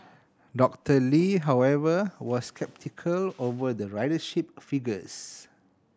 Doctor Lee however was sceptical over the ridership figures